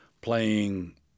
playing